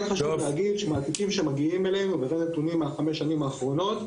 כן חשוב להגיד שמהתיקים שמגיעים אלינו מהנתונים בחמש שנים האחרונות,